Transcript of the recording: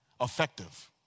Effective